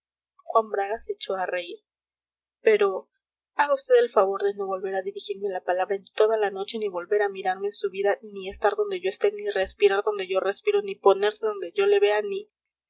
bragas se echó a reír pero haga vd el favor de no volver a dirigirme la palabra en toda la noche ni volver a mirarme en su vida ni estar donde yo esté ni respirar donde yo respiro ni ponerse donde yo le vea ni